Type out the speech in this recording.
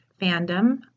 fandom